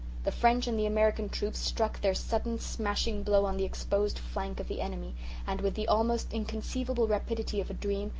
the french and the american troops struck their sudden smashing blow on the exposed flank of the enemy and, with the almost inconceivable rapidity of a dream,